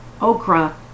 okra